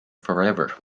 forever